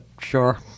sure